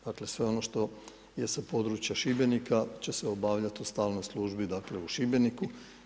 Dakle sve ono što je sa područja Šibenika će se obavljati u stalnoj službi dakle u Šibeniku.